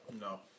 No